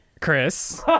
Chris